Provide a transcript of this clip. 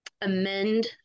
amend